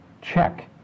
check